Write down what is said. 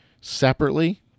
Separately